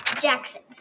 Jackson